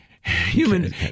human